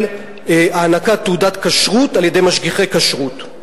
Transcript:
הענקת תעודת כשרות על-ידי משגיחי כשרות.